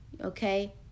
Okay